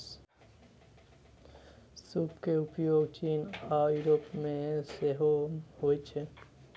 सूप के उपयोग चीन आ यूरोप मे सेहो होइ छै